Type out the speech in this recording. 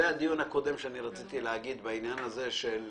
זה הדיון הקודם בעניין הזה של